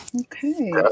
Okay